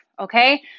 okay